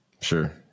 Sure